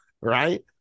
right